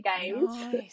games